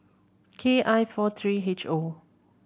K I four three H O